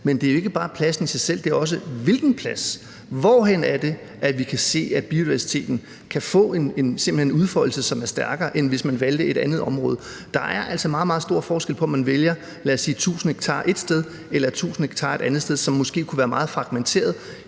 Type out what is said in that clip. men det er jo ikke bare pladsen i sig selv, det handler om, men også hvilken plads. Hvorhenne er det, at vi kan se, at biodiversiteten simpelt hen kan få en udfoldelse, som er stærkere, end hvis man valgte et andet område? Der er altså meget, meget stor forskel på, om man vælger, lad os sige 1.000 ha ét sted eller 1.000 ha et andet sted, som måske kunne være meget fragmenteret,